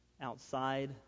Outside